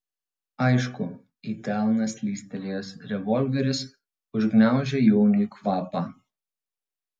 aišku į delną slystelėjęs revolveris užgniaužė jauniui kvapą